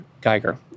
Geiger